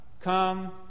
come